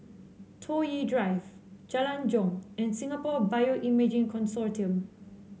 Toh Yi Drive Jalan Jong and Singapore Bioimaging Consortium